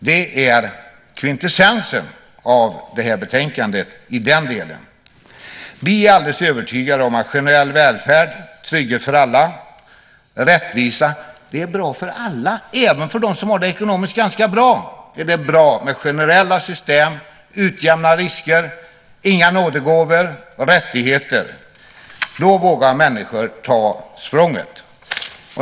Det är kvintessensen av betänkandet i den delen. Vi är alldeles övertygade om att generell välfärd, trygghet för alla och rättvisa är bra för alla. Även för dem som har det ekonomiskt ganska bra är det bra med generella system, att utjämna risker, inga nådegåvor och rättigheter. Då vågar människor ta språnget.